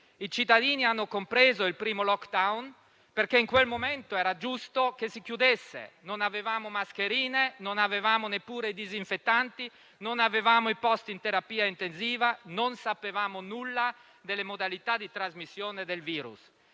I cittadini hanno compreso il primo *lockdown*, perché in quel momento era giusto che si chiudesse: non avevamo mascherine, non avevamo neppure disinfettanti, non avevamo i posti in terapia intensiva e non sapevamo nulla delle modalità di trasmissione del virus.